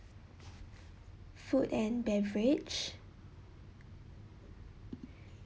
food and beverage